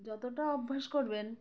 যতটা অভ্যাস করবেন